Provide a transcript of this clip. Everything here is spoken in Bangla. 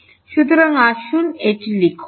সুতরাং আসুন এটি লিখুন